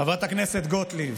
חברת הכנסת גוטליב,